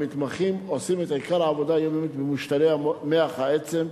המתמחים עושים את עיקר העבודה היומיומית בקרב מושתלי מוח העצם,